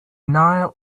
nile